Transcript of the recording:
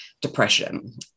depression